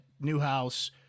Newhouse